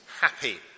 Happy